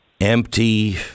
empty